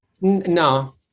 No